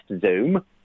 Zoom